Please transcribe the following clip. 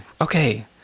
okay